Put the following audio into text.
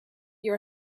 your